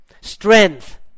strength